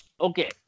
Okay